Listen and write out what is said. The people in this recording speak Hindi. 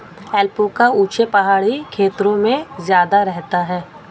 ऐल्पैका ऊँचे पहाड़ी क्षेत्रों में ज्यादा रहता है